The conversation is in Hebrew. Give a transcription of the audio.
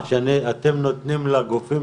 הרבה שחקנים, הרבה בלגאן.